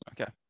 okay